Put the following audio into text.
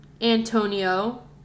Antonio